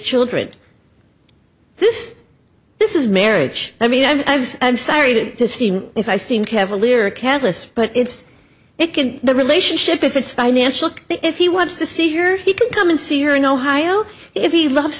children this this is marriage i mean i'm sorry to to see if i seem cavalier catalyst but it's it can the relationship if it's financial if he wants to see here he can come and see her in ohio if he loves